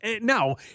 Now